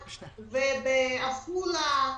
בעפולה,